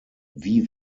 wie